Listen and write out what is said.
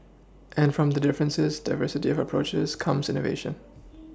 and from the differences the diversity of approaches comes innovation